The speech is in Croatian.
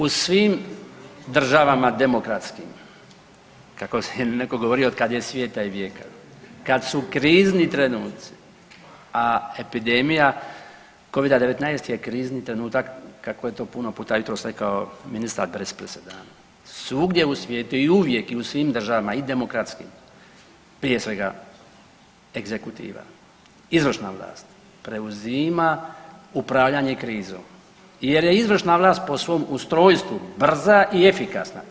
U svim državama demokratskim kako je netko govorio od kako je svijeta i vijeka, kad su krizni trenuci, a epidemija covida-19 je krizni trenutak kako je to puno puta jutros rekao ministar bez presedana svugdje u svijetu i uvijek u svim državama i demokratskim prije svega egzekutira izvršna vlast, preuzima upravljanje krizom jer je izvršna vlast po svom ustrojstvu brza i efikasna.